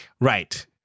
Right